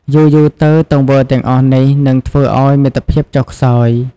យូរៗទៅ ទង្វើទាំងអស់នេះនឹងធ្វើឱ្យមិត្តភាពចុះខ្សោយ។